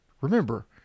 Remember